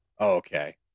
okay